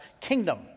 kingdom